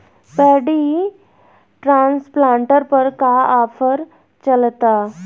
Paddy transplanter पर का offer चलता?